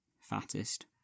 fattest